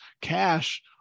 cash